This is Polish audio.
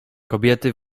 kobiety